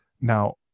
now